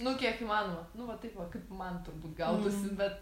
nu kiek įmanoma nu va taip va kaip man turbūt gautųsi bet